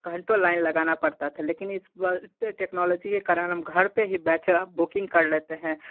घंटों लाइन लगाना पड़ता था लेकिन इस टेक्नोलॉजी के कारण हम घर पर ही बैठे अब बुकिंग कर लेते हैं